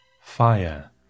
Fire